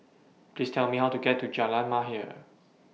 Please Tell Me How to get to Jalan Mahir